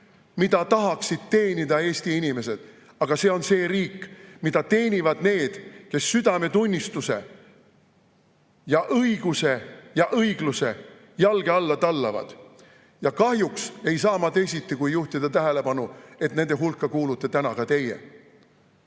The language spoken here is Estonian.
mida tahaksid teenida Eesti inimesed, vaid see on see riik, mida teenivad need, kes südametunnistuse ja õiguse ja õigluse jalge alla tallavad. Ja kahjuks ei saa ma teisiti kui juhtida tähelepanu, et nende hulka kuulute täna ka teie.